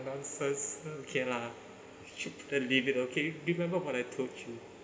nonsense okay lah should leave it okay remember what I told you